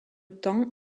temps